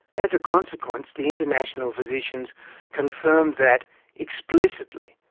as a consequence the international physicians confirmed that explicitly,